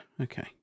okay